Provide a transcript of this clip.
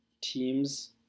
teams